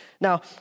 Now